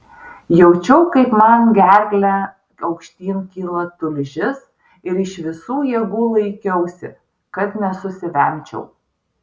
jaučiau kaip man gerkle aukštyn kyla tulžis ir iš visų jėgų laikiausi kad nesusivemčiau